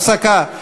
הפסקה.